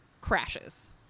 crashes